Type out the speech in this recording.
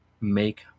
make